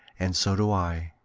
and so do i.